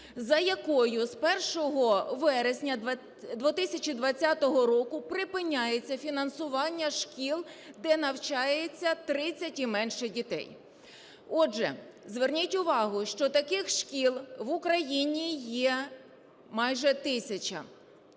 за якою з 1 вересня 2020 року припиняється фінансування шкіл, де навчається 30 і менше дітей. Отже, зверніть увагу, що таких шкіл в Україні є майже тисяча.